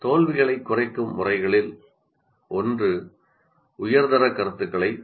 தோல்விகளைக் குறைக்க முறைகளில் ஒன்று உயர்தர கருத்துக்களை வழங்குவதாகும்